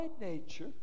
nature